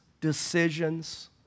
decisions